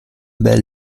belle